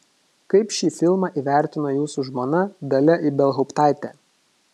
kaip šį filmą įvertino jūsų žmona dalia ibelhauptaitė